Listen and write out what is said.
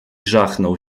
żachnął